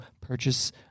purchase